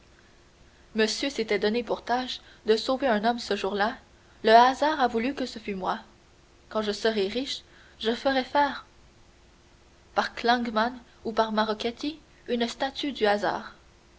monsieur s'était donné pour tâche de sauver un homme ce jour-là le hasard a voulu que ce fût moi quand je serai riche je ferai faire par klagmann ou par marochetti une statue du hasard